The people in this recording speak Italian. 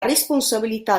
responsabilità